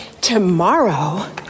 Tomorrow